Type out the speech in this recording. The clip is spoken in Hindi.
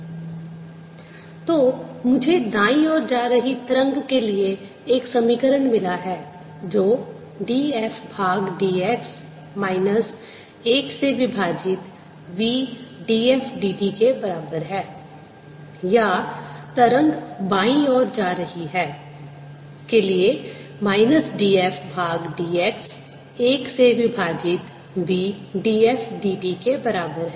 ∂f∂x∂f∂u∂u∂x∂f∂usince ux vt ∂f∂t∂f∂u ∂u∂t v∂f∂u ∂f∂x∂f∂u 1v∂f∂t तो मुझे दाईं ओर जा रही तरंग के लिए एक समीकरण मिला है जो df भाग dx माइनस 1 से विभाजित v df dt के बराबर है या तरंग बाईं ओर जा रही है के लिए df भाग dx 1 से विभाजित v df dt के बराबर है